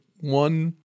one